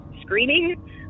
screaming